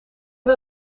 wel